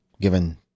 given